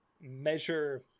measure